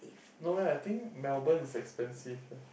no eh I think Melbourne is expensive eh